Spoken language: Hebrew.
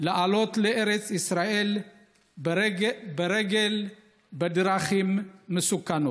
לעלות לארץ ישראל ברגל בדרכים מסוכנות.